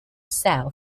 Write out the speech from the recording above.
cell